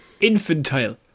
infantile